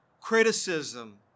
criticism